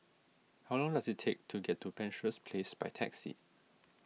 how long does it take to get to Penshurst Place by taxi